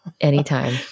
anytime